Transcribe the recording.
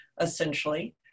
essentially